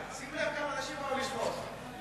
שים לב כמה אנשים באו לשמוע אותך.